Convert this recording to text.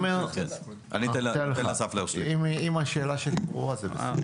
אם השאלה שלי ברורה זה בסדר.